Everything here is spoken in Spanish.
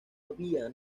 había